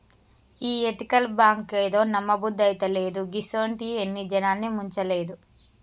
ఈ ఎతికల్ బాంకేందో, నమ్మబుద్దైతలేదు, గిసుంటియి ఎన్ని జనాల్ని ముంచలేదు